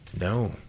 No